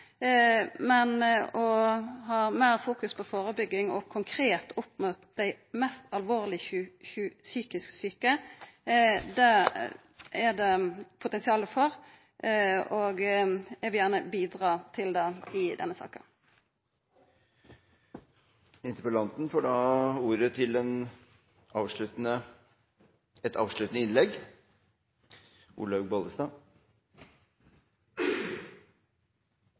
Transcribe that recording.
Men det er potensial for å fokusera meir på førebygging konkret opp mot dei mest alvorleg psykisk sjuke, og eg vil gjerne bidra til det i denne saka. Jeg har lyst til å takke for